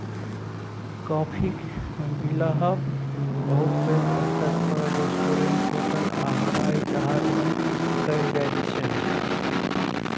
काफीक बिलहब बहुत पैघ स्तर पर रेस्टोरेंट, होटल आ हबाइ जहाज मे कएल जाइत छै